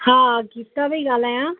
हा गीता पई ॻाल्हायां